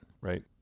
Right